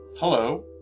Hello